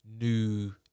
new